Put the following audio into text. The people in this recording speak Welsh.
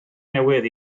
newydd